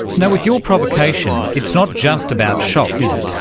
now, with your provocation it's not just about shock, is it?